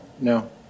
No